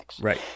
Right